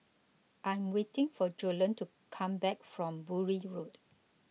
I am waiting for Joellen to come back from Bury Road